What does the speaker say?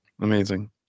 Amazing